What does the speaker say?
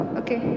okay